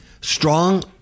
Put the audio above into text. strong